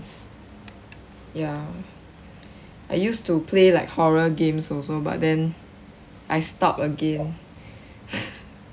ya I used to play like horror games also but then I stop again